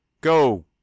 Go